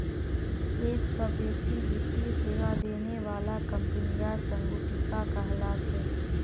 एक स बेसी वित्तीय सेवा देने बाला कंपनियां संगुटिका कहला छेक